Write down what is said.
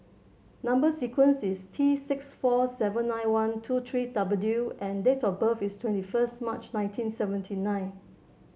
number sequence is T six four seven nine one two three W and date of birth is twenty first March nineteen seventy nine